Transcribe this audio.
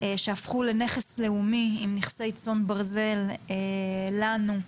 שהפכה לנכס לאומי עם נכסי צאן ברזל, לנו,